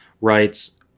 writes